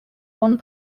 one